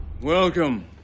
Welcome